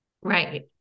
Right